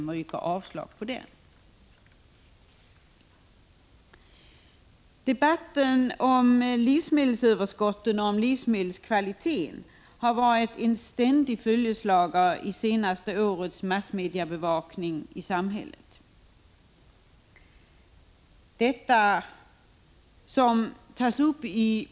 Jag yrkar avslag på den. Debatten om livsmedelsöverskotten och om livsmedelskvaliteten har varit en ständig följeslagare i det senaste årets massmediabevakning i samhället.